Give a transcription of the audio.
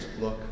look